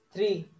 Three